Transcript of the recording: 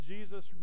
Jesus